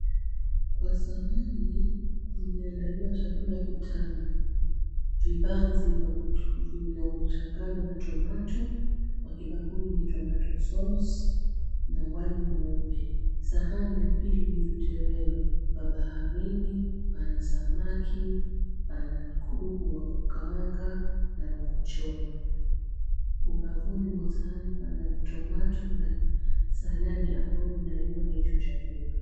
Kwa sahani kumeandaliwa chakula kitamu. Vibanzi vilivyochanganywa na tomato . Kwa kibakuli ni tomato source na wali mweupe. Sahani ya pili ni vitoweo. Vya baharini pana samaki, pana kuku wa kukaanga na wakuchoma. Ubavuni mwa sahani pana tomato na saladi ambayo inaliwa na hicho chakula.